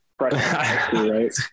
right